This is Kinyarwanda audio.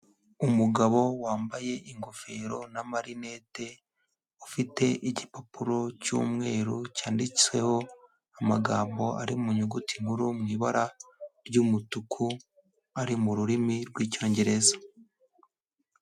Umugabo wambaye ingofero n'amarinete, ufite igipapuro cy'umweru cyanditseho amagambo ari mu nyuguti nkuru, mu ibara ry'umutuku, ari mu rurimi rw'icyongereza.